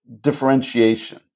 Differentiation